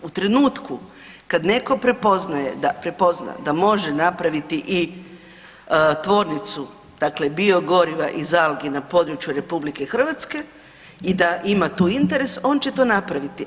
U trenutku kad netko prepoznaje, prepozna da može napraviti i tvornicu dakle biogoriva iz algi na području RH i da ima tu interes on će to napraviti.